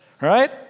Right